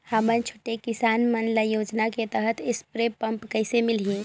हमन छोटे किसान मन ल योजना के तहत स्प्रे पम्प कइसे मिलही?